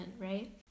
right